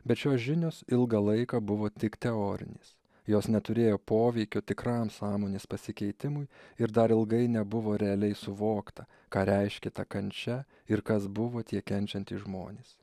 bet šios žinios ilgą laiką buvo tik teorinės jos neturėjo poveikio tikram sąmonės pasikeitimui ir dar ilgai nebuvo realiai suvokta ką reiškia ta kančia ir kas buvo tie kenčiantys žmonės